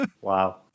Wow